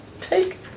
Take